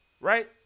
right